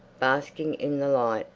basking in the light,